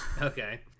Okay